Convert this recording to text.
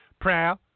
proud